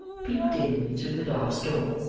peeped in through the glass door.